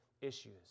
issues